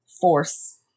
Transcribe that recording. force